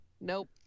Nope